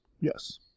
Yes